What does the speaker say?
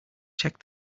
check